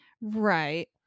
Right